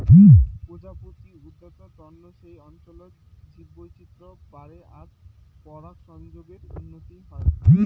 প্রজাপতি উদ্যানত তন্ন সেই অঞ্চলত জীববৈচিত্র বাড়ে আর পরাগসংযোগর উন্নতি হই